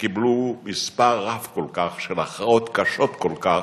שקיבלו מספר רב כל כך של הכרעות קשות כל כך,